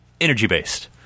energy-based